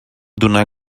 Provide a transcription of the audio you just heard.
donà